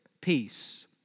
Peace